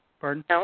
pardon